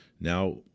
Now